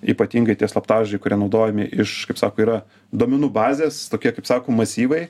ypatingai tie slaptažodžiai kurie naudojami iš kaip sako yra duomenų bazės tokie kaip sako masyvai